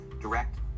direct